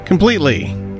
Completely